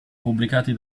pubblicati